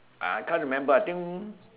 uh I can't remember I think